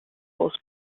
aus